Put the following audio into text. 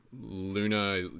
luna